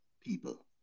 people